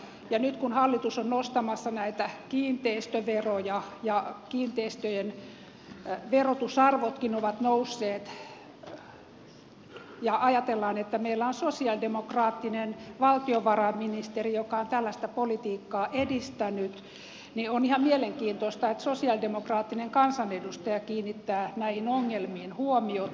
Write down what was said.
ja nyt kun hallitus on nostamassa näitä kiinteistöveroja ja kiinteistöjen verotusarvotkin ovat nousseet ja ajatellaan että meillä on sosialidemokraattinen valtiovarainministeri jo ka on tällaista politiikkaa edistänyt niin on ihan mielenkiintoista että sosialidemokraattinen kansanedustaja kiinnittää näihin ongelmiin huomiota